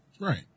Right